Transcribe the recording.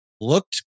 looked